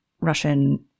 Russian